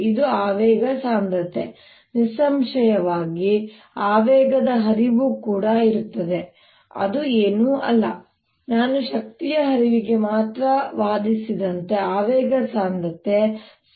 ಇದು ಆವೇಗ ಸಾಂದ್ರತೆ ನಿಸ್ಸಂಶಯವಾಗಿ ಆವೇಗದ ಹರಿವು ಕೂಡ ಇರುತ್ತದೆ ಅದು ಏನೂ ಅಲ್ಲ ನಾನು ಶಕ್ತಿಯ ಹರಿವಿಗೆ ಮಾತ್ರ ವಾದಿಸಿದಂತೆ ಆವೇಗ ಸಾಂದ್ರತೆ c × momentum density